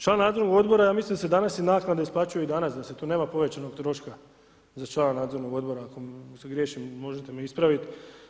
Članu nadzornog odbora, ja mislim da se danas i naknade isplaćuju i danas da tu nema povećanog troška za člana nadzornog odbora ako griješim možete me ispraviti.